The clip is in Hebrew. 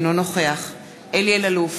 אינו נוכח אלי אלאלוף,